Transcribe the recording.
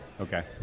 Okay